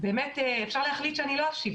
אפשר להחליט שאני לא אמשיך,